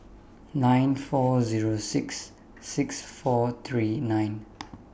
nine four Zero six six four three nine